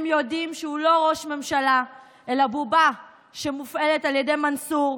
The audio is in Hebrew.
הם יודעים שהוא לא ראש ממשלה אלא בובה שמופעלת על ידי מנסור,